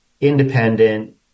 independent